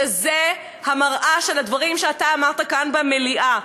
שזה המראה של הדברים שאתה אמרת כאן במליאה,